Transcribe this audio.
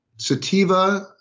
sativa